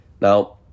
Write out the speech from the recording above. Now